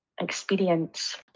experience